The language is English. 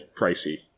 pricey